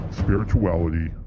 spirituality